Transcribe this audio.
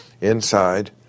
inside